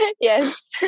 yes